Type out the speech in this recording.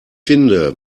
finde